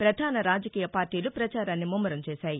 ప్రపధానరాజకీయ పార్టీలు పచారాన్ని ముమ్మరం చేశాయి